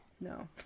No